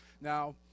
Now